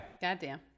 Goddamn